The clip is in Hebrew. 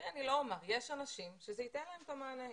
יש אנשים שזה ייתן להם את המענה.